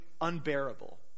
unbearable